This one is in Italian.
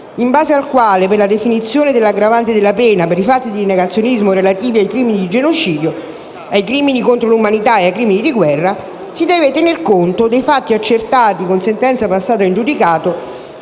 in base al quale, per la definizione dell'aggravante della pena per i fatti di negazionismo relativi ai crimini di genocidio, ai crimini contro l'umanità e ai crimini di guerra, si deve tener conto «dei fatti accertati con sentenza passata in giudicato,